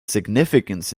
significance